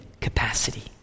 capacity